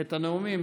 את הנאומים.